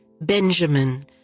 Benjamin